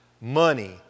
money